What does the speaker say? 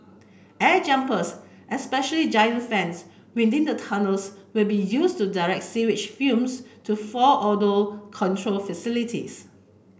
air jumpers essentially giant fans within the tunnels will be used to direct sewage fumes to four odour control facilities